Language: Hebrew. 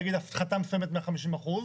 נגיד הפחתה מסוימת מה-50%.